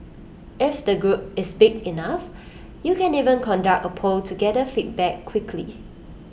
if the group is big enough you can even conduct A poll to gather feedback quickly